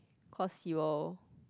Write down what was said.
cause he will